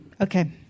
Okay